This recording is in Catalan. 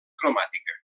cromàtica